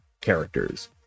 characters